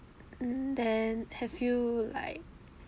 mm then have you like